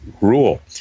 rule